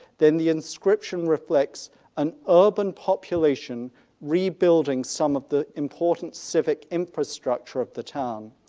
then the inscription reflects an urban population rebuilding some of the important civic infrastructure of the town.